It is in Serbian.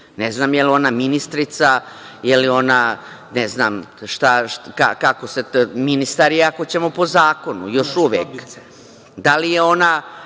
Ne znam jel ona ministrica, je li ona ne znam šta, ministar je ako ćemo po zakonu još uvek. Da li je ona,